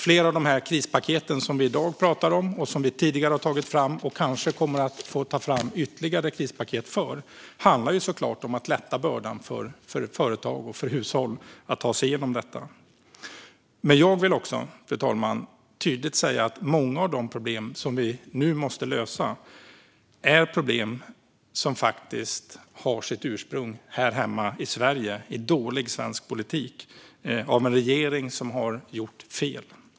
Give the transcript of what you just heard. Flera av de krispaket som vi i dag pratar om, som vi tidigare har tagit fram och som vi kanske kommer att få ta fram fler av handlar om att lätta bördan för företag och hushåll så att de kan ta sig igenom detta. Men jag vill också tydligt säga, fru talman, att många av de problem som vi nu måste lösa är problem som faktiskt har sitt ursprung här hemma i Sverige, i dålig svensk politik av en regering som har gjort fel.